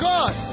God